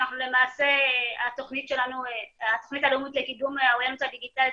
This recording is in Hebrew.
למעשה התוכנית הלאומית לקידום האוריינטציה הדיגיטלית,